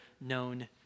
known